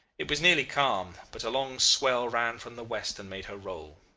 it was nearly calm, but a long swell ran from the west and made her roll.